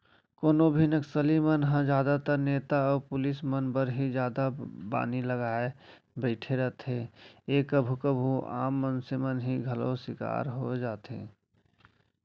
कोनो भी नक्सली मन ह जादातर नेता अउ पुलिस मन बर ही जादा बानी लगाय बइठे रहिथे ए कभू कभू आम मनसे मन ह घलौ सिकार होई जाथे